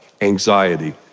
anxiety